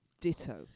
Ditto